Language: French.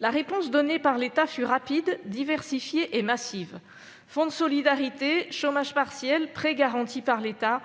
La réponse donnée par l'État fut rapide, diversifiée et massive : fonds de solidarité, chômage partiel, prêts garantis par l'État,